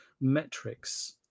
metrics